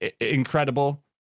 incredible